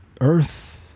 earth